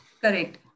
correct